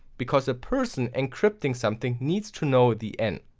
because the person encrypting something needs to know the n.